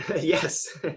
Yes